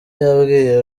yabwiye